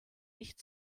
nicht